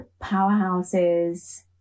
powerhouses